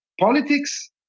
Politics